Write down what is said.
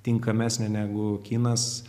tinkamesnė negu kinas